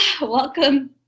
welcome